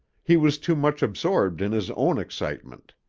he was too much absorbed in his own excitement.